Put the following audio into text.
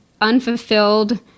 unfulfilled